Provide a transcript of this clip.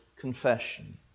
confession